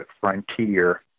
frontier